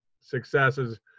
successes